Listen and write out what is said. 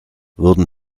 würden